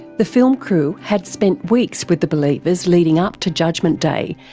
the film crew had spent weeks with the believers leading up to judgement day,